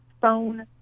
phone